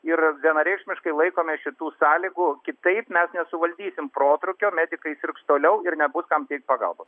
ir vienareikšmiškai laikomės šitų sąlygų kitaip mes nesuvaldysim protrūkio medikai sirgs toliau ir nebus kam teikt pagalbos